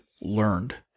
learned